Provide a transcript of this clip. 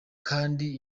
kandi